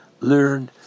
learn